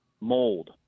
mold